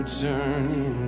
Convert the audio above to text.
turning